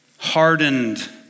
hardened